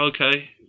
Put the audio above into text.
Okay